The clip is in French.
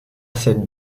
cette